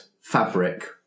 fabric